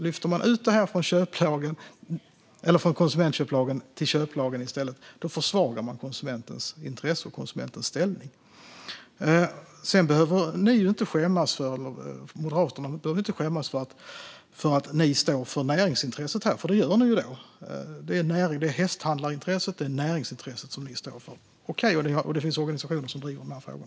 Lyfter man ut detta från konsumentköplagen till köplagen försvagar man konsumentens intressen och konsumentens ställning. Sedan behöver ni i Moderaterna inte skämmas för att ni står för näringsintresset här, för det gör ni då. Det är hästhandlarintresset och näringsintresset som ni står för - okej - och det finns organisationer som driver dessa frågor.